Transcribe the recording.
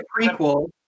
prequel